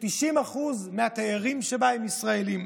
ש-90% מהתיירים שבה הם ישראלים.